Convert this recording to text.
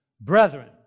Brethren